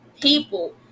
people